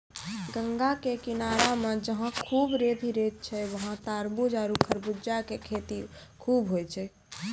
गंगा के किनारा मॅ जहां खूब रेत हीं रेत छै वहाँ तारबूज आरो खरबूजा के खेती खूब होय छै